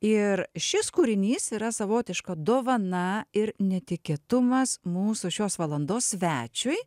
ir šis kūrinys yra savotiška dovana ir netikėtumas mūsų šios valandos svečiui